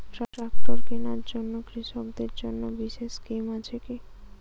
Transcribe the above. Tractor কেনার জন্য কৃষকদের জন্য বিশেষ স্কিম আছে কি?